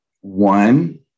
One